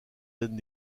donne